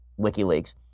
WikiLeaks